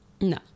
no